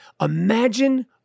imagine